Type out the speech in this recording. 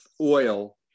oil